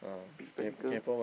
this spectacle